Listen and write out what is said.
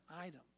item